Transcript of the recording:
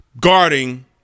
guarding